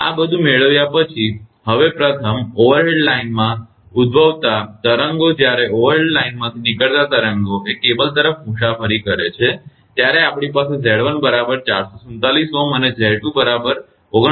આ બધું મેળવ્યા પછી હવે પ્રથમ ઓવરહેડ લાઇનમાં ઉદ્ભવતા તરંગો જ્યારે ઓવરહેડ લાઇનમાંથી નીકળતા તરંગો એ કેબલ તરફ મુસાફરી કરે છે ત્યારે આપણી પાસે 𝑍1 બરાબર 447 Ω અને 𝑍2 બરાબર 49